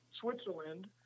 Switzerland